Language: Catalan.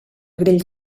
grill